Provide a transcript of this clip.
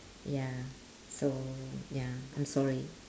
ya so ya I'm sorry